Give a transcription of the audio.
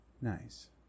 Nice